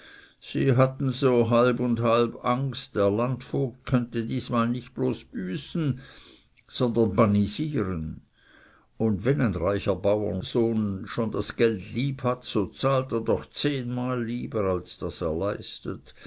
sie hatten so halb und halb angst der landvogt könnte diesmal nicht bloß büßen sondern bannisieren und wenn ein reicher bauernsohn schon das geld lieb hat so zahlt er doch zehnmal lieber als daß er leistet